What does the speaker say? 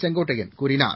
செங்கோட்டையன் கூறினார்